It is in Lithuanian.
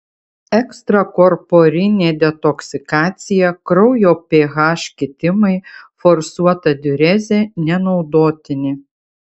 ekstrakorporinė detoksikacija kraujo ph kitimai forsuota diurezė nenaudotini